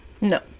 No